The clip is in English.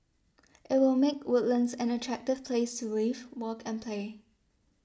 it will make Woodlands an attractive place to live work and play